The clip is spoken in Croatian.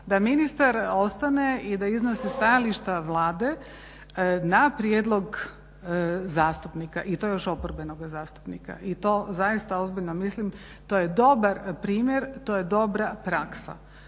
da ministar ostane i da iznosi stajališta Vlade na prijedlog zastupnika i to još oporbenog zastupnika i to zaista ozbiljno mislim, to je dobar primjer, to je dobra praksa.